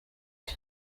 bwe